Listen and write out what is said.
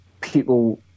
People